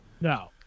No